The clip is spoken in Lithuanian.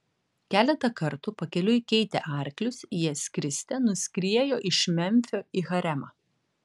keletą kartų pakeliui keitę arklius jie skriste nuskriejo iš memfio į haremą